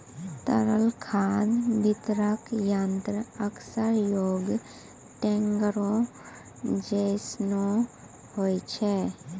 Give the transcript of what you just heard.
तरल खाद वितरक यंत्र अक्सर एगो टेंकरो जैसनो होय छै